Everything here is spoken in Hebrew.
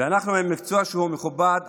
אנחנו במקצוע שהוא מכובד,